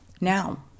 Now